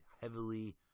Heavily